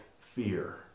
fear